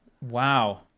Wow